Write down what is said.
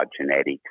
genetics